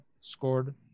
scored